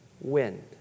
wind